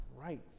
right